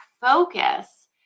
focus